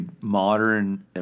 modern